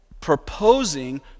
proposing